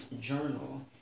journal